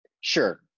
Sure